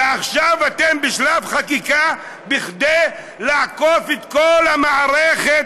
ועכשיו אתם בשלב חקיקה כדי לעקוף את כל המערכת,